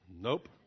Nope